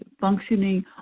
functioning